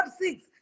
Six